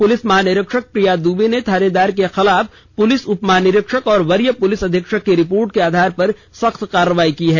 police महानिरीक्षक प्रिया दबे ने थानेदार के खिलाफ पुलिस उपमहानिरीक्षक और वरीय पुलिस अधीक्षक की रिपोर्ट के आधार पर सख्त कार्रवाई की है